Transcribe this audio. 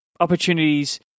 Opportunities